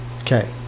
okay